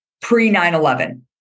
pre-9-11